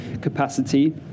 capacity